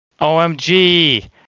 OMG